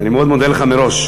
ואני מאוד מודה לך מראש.